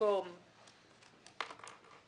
במקום ""